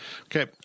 Okay